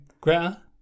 Greta